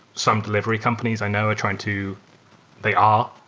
some delivery companies i know are trying to they are.